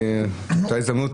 באותה הזדמנות,